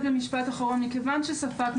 מכיוון ששפה היא,